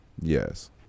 Yes